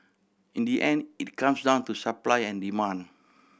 in the end it comes down to supply and demand